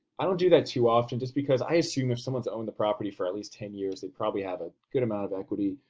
i don't do that too often just because i assume if someone's owned the property for at least ten years they probably have a good amount of equity.